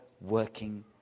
working